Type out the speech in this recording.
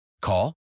Call